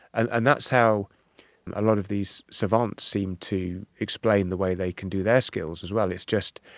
and that's how a lot of these savants seem to explain the way they can do their skills as well, it's just,